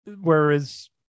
Whereas